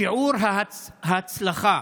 שיעור ההצלחה,